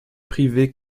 privée